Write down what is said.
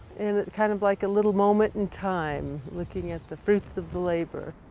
and kind of like a little moment in time looking at the fruits of the labor.